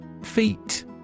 Feet